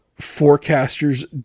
forecasters